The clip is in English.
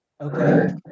okay